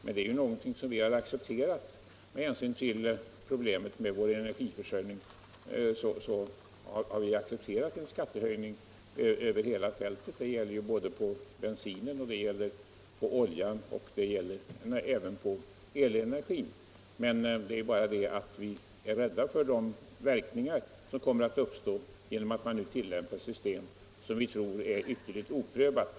Med hänsyn till problemet med energiförsörjningen har vi dock accepterat en skattehöjning över hela fältet, inte bara för olja och bensin utan också för elenergin. Men vi är rädda för verkningarna av att tillämpa ett system som är helt oprövat.